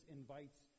invites